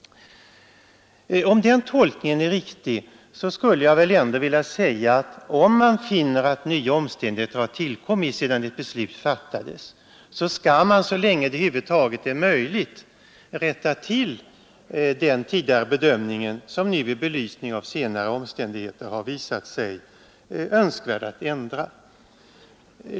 Om denna min tolkning är riktig så anser jag att man, om nya omständigheter har tillkommit sedan ett beslut fattades, så länge det över huvud taget är möjligt skall rätta till den tidigare bedömningen som nu i belysning av senare omständigheter har visat sig önskvärd att ändra.